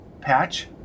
Patch